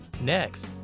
Next